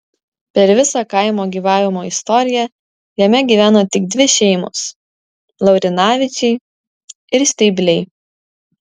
per visą kaimo gyvavimo istoriją jame gyveno tik dvi šeimos laurinavičiai ir steibliai